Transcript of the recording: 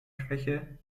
schwäche